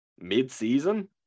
mid-season